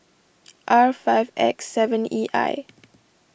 R five X seven E I